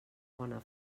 bona